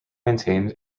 maintained